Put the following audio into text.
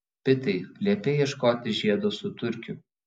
pitai liepei ieškoti žiedo su turkiu